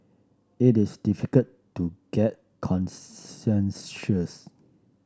it is difficult to get consensus